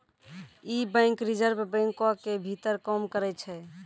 इ bank reserve बैंको के भीतर काम करै छै